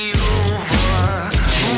over